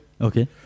Okay